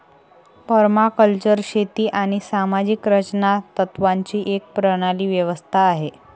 permaculture शेती आणि सामाजिक रचना तत्त्वांची एक प्रणाली व्यवस्था आहे